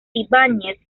ibáñez